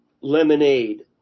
lemonade